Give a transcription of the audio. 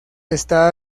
está